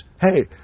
Hey